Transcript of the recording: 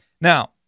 Now